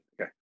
Okay